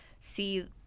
see